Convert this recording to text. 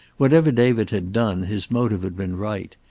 whatever david had done, his motive had been right.